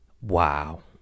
wow